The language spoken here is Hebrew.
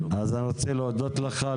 אני רוצה להודות לך,